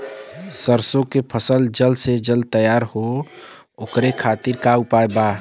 सरसो के फसल जल्द से जल्द तैयार हो ओकरे खातीर का उपाय बा?